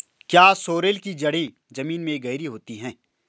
क्या सोरेल की जड़ें जमीन में गहरी होती हैं?